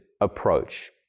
approach